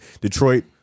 Detroit